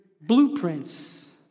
blueprints